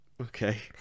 Okay